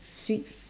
sweet